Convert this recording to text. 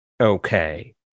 okay